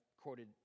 quoted